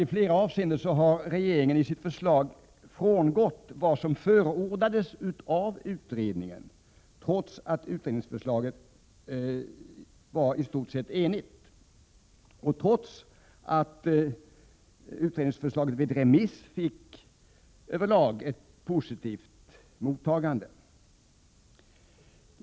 I flera avseenden har regeringen i sitt förslag frångått vad som förordades av utredningen, trots att utredningen i stort sett var enig om sitt förslag och trots att det förslaget vid remissbehandlingen över lag fick positivt mottagande.